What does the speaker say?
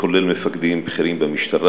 כולל מפקדים בכירים במשטרה,